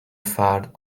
فرد